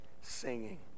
singing